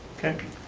okay.